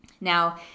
now